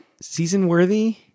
season-worthy